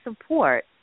support